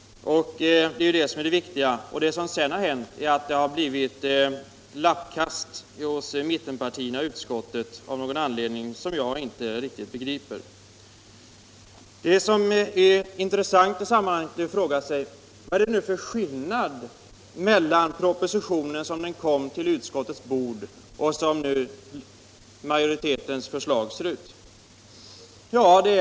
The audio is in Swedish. Detta är det viktiga. Vad som sedan har hänt är att det av någon anledning som jag inte riktigt begriper har blivit lappkast hos mittenpartierna i utskottet. Det är intressant att i sammanhanget fråga sig: Vilken är skillnaden mellan propositionen som den kom till utskottets bord och majoritetens förslag som det nu ser ut?